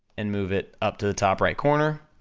and move it up to the top right corner,